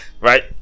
right